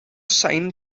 sign